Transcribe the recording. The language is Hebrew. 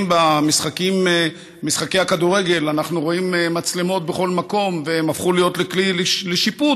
אם במשחקי הכדורגל אנחנו רואים מצלמות בכל מקום והן הפכו כלי לשיפוט,